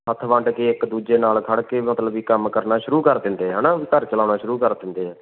ਹੱਥ ਵੰਡ ਕੇ ਇੱਕ ਦੂਜੇ ਨਾਲ ਖੜ ਕੇ ਮਤਲਬ ਵੀ ਕੰਮ ਕਰਨਾ ਸ਼ੁਰੂ ਕਰ ਦਿੰਦੇ ਆ ਹੈ ਨਾ ਵੀ ਘਰ ਚਲਾਉਣਾ ਸ਼ੁਰੂ ਕਰ ਦਿੰਦੇ ਆ